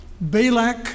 Balak